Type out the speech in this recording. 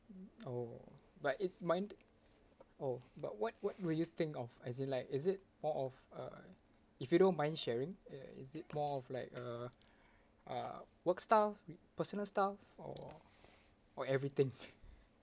mm oh but it's mind oh but what what do you think of as in like is it more of uh if you don't mind sharing uh is it more of like uh uh work stuff personal stuff or or everything